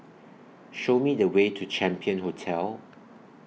Show Me The Way to Champion Hotel